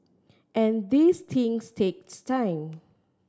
and these things takes time